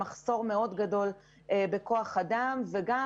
מחסור גדול בכוח אדם וגם,